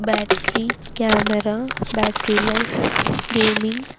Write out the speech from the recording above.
battery camera battery life gaming